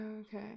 Okay